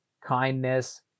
Kindness